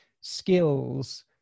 skills